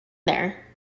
there